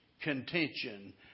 contention